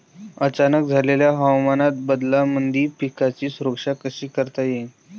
अचानक झालेल्या हवामान बदलामंदी पिकाची सुरक्षा कशी करता येईन?